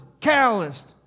calloused